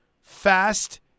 fast